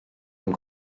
liom